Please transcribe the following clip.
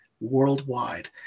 worldwide